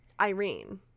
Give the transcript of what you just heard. Irene